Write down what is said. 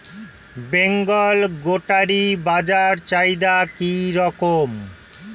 বেঙ্গল গোটারি বাজার চাহিদা কি রকম?